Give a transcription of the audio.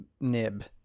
nib